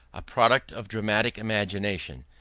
a product of dramatic imagination,